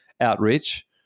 outreach